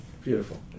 Beautiful